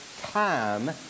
time